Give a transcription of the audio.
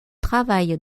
travaille